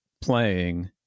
playing